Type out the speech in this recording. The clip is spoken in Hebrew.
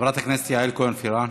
חברת הכנסת יעל כהן-פארן,